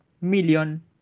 million